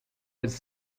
his